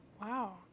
Wow